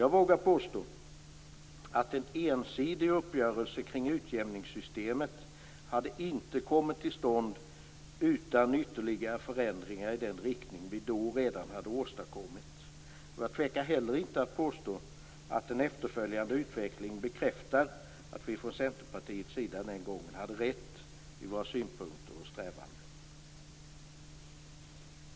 Jag vågar påstå att en ensidig uppgörelse kring utjämningssystemet inte hade kommit till stånd utan ytterligare förändringar i den riktning vi då redan hade åstadkommit. Jag tvekar heller inte att påstå att den efterföljande utvecklingen bekräftar att vi från Centerpartiets sida den gången hade rätt i våra synpunkter och strävanden.